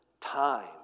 time